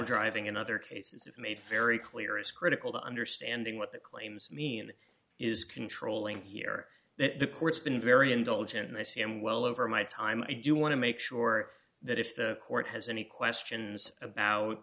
driving in other cases have made very clear is critical to understanding what the claims mean is controlling here that the court's been very indulgent and i c m well over my time i do want to make sure that if the court has any questions about